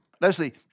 Leslie